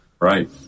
Right